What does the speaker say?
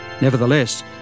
Nevertheless